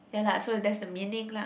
ya lah so that's the meaning lah